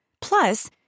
Plus